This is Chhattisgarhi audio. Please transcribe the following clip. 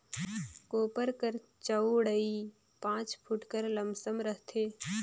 कोपर कर चउड़ई पाँच फुट कर लमसम रहथे